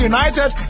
United